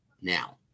now